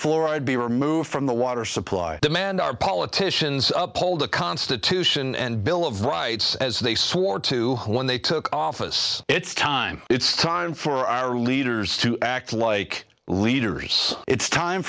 fluoride be removed from the water supply demand our politicians uphold the constitution and bill of rights as they swore to when they took office it's time it's time for our leaders to act like leaders it's time